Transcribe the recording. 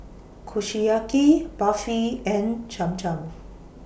Kushiyaki Barfi and Cham Cham